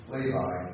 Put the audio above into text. Levi